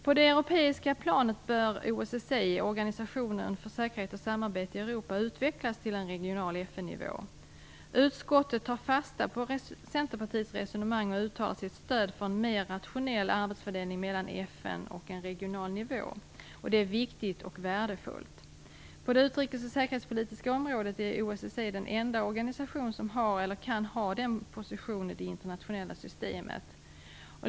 På det europeiska planet bör OSSE, Organisationen för Säkerhet och Samarbete i Europa, utvecklas till en regional FN-nivå. Utskottet tar fasta på Centerpartiets resonemang och uttalar sitt stöd för en mer rationell arbetsfördelning mellan FN och en regional nivå. Detta är viktigt och värdefullt. På det utrikes och säkerhetspolitiska området är OSSE den enda organisation som har eller kan ha denna position i det internationella systemet.